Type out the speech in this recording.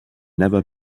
never